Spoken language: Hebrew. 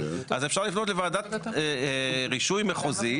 אז אפשר לפנות לוועדת רישוי מחוזית.